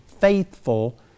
faithful